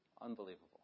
unbelievable